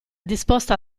disposta